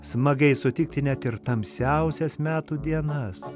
smagiai sutikti net ir tamsiausias metų dienas